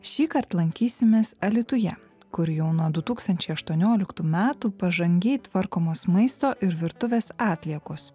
šįkart lankysimės alytuje kur jau nuo du tūkstančiai aštuonioliktų metų pažangiai tvarkomos maisto ir virtuvės atliekos